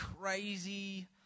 crazy